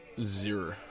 Zero